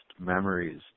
memories